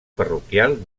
parroquial